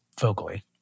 vocally